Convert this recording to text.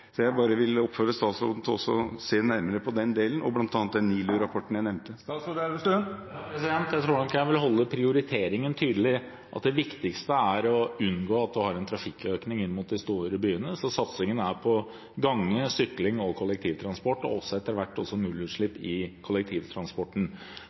Jeg vil oppfordre statsråden til å se nærmere på også den delen og på bl.a. den NILU-rapporten jeg nevnte. Jeg tror nok jeg vil gjøre prioriteringen tydelig: Det viktigste er å unngå at man har en trafikkøkning inn mot de store byene. Så satsingen er på gange, sykling og kollektivtransport – og etter hvert også